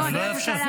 אני לא אאפשר.